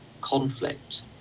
conflict